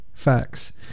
Facts